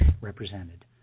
represented